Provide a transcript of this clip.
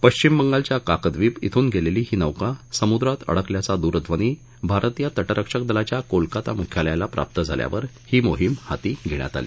पश्चिम बंगालच्या काकद्वीप इथून गेलेली ही नौका समुद्रात अडकल्याचा दूरध्वनी भारतीय तटरक्षक दलाच्या कोलकाता मुख्यालयाला प्राप्त झाल्यावर ही मोहीम हाती घेण्यात आली